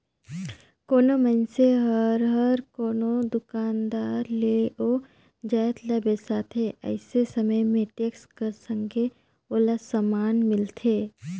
कोनो मइनसे हर कोनो दुकानदार ले ओ जाएत ल बेसाथे अइसे समे में टेक्स कर संघे ओला समान मिलथे